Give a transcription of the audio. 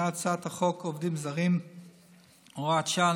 את הצעת חוק עובדים זרים (הוראת שעה,